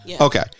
Okay